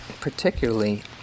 particularly